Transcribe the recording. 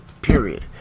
Period